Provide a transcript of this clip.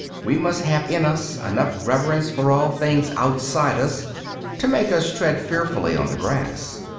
we must have in us enough reverence for all things outside us to make us tread fearfully on the grass.